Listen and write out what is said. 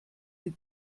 die